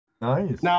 Nice